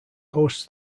hosts